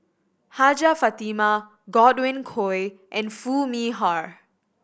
Hajjah Fatimah Godwin Koay and Foo Mee Har